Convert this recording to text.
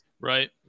right